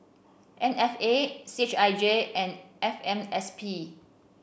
M F A C H I J and F M S P